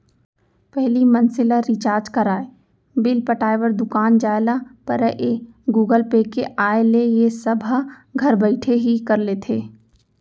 पहिली मनसे ल रिचार्ज कराय, बिल पटाय बर दुकान जाय ल परयए गुगल पे के आय ले ए सब ह घर बइठे ही कर लेथे